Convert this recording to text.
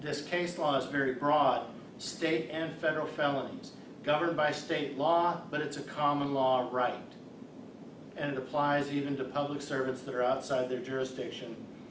this case law is very broad state and federal felons governed by state law but it's a common law right and it applies even to public servants that are outside their jurisdiction